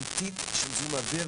איזבלה קרקיס ד"ר,